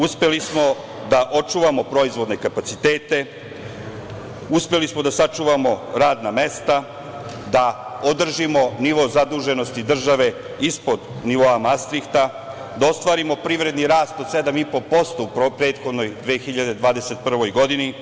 Uspeli smo da očuvamo proizvodne kapacitete, uspeli smo da sačuvamo radna mesta, da održimo nivo zaduženosti države ispod nivoa Mastrihta, da ostvarimo privredni rast od 7,5% u prethodnoj, 2021. godini.